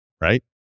right